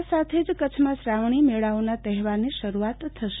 આ સાથે જ કચ્છમાં શ્રાવણી મેળાઓના તહેવારોની શરૂઆત થશે